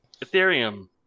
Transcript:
Ethereum